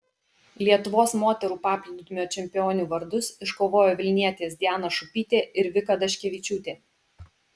lietuvos moterų paplūdimio čempionių vardus iškovojo vilnietės diana šuopytė ir vika daškevičiūtė